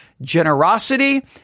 Generosity